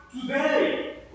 today